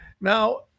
Now